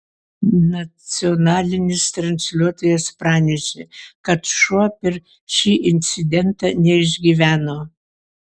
nacionalinis transliuotojas pranešė kad šuo per šį incidentą neišgyveno